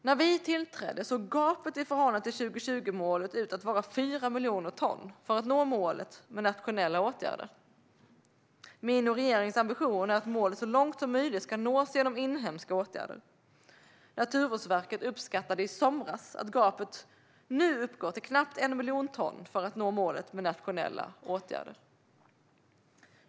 När vi tillträdde såg gapet i förhållande till 2020-målet ut att vara 4 miljoner ton för att nå målet med nationella åtgärder. Min och regeringens ambition är att målet så långt som möjligt ska nås genom inhemska åtgärder. Naturvårdsverket uppskattade i somras att gapet nu uppgår till knappt 1 miljon ton för att nå målet med nationella åtgärder.